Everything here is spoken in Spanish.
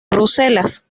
bruselas